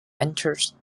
enters